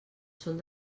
són